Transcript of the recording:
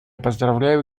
поздравляю